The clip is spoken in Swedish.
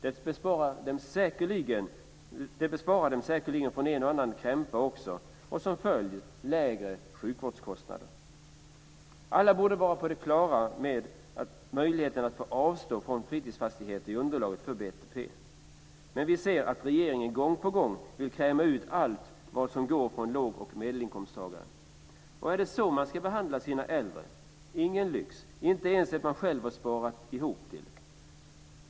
Det besparar dem säkerligen från en och annan krämpa också och som följd blir det lägre sjukvårdskostnader. Alla borde vara på det klara med möjligheten att avstå från fritidsfastigheter i underlaget för BTP. Men vi ser att regeringen gång på gång vill klämma ut allt vad som går från låg och medelinkomsttagare. Är det så man ska behandla sina äldre? Ingen lyx, och inte ens det som de själva har sparat ihop till.